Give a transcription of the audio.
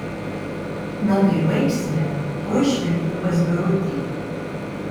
na kai baigsime tuoj švilpiu pas birutį